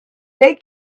they